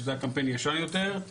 שזה קמפיין ישן יותר,